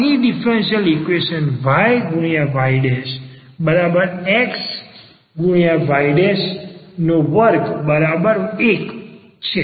અહીં differential equation yy xy21 છે